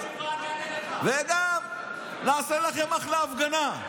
וגם נעשה לכם אחלה הפגנה.